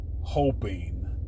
hoping